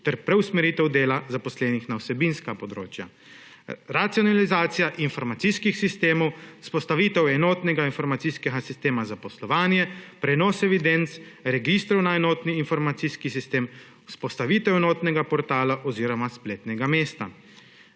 ter preusmeritev dela zaposlenih na vsebinska področja; racionalizacija informacijskih sistemov, vzpostavitev enotnega informacijskega sistema za poslovanje, prenos evidenc registrov na enotni informacijski sistem, vzpostavitev enotnega portala oziroma spletnega mesta;